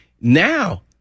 Now